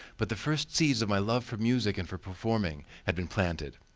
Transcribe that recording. but the first seeds of my love for music and for performing have been planted.